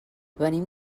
venim